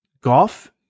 golf